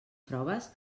proves